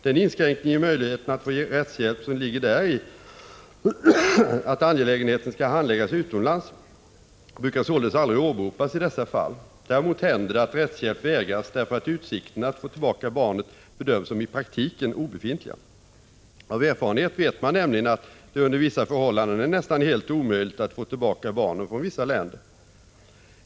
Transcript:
Den inskränkning i möjligheterna att få rättshjälp som ligger däri att angelägenhe ten skall handläggas utomlands brukar således aldrig åberopas i dessa fall. Prot. 1985/86:148 Däremot händer det att rättshjälp vägras därför att utsikterna att få tillbaka 22 maj 1986 barnet bedöms som i praktiken obefintliga. Av erfarenhet vet man nämligen att det under vissa förhållanden är nästan helt omöjligt att få tillbaka barnen från vissa länder.